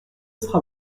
sera